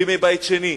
בימי בית שני.